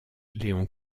leon